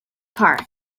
park